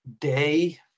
day